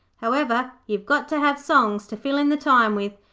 however, you've got to have songs to fill in the time with,